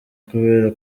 kubera